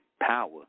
power